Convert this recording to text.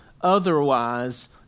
otherwise